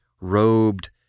robed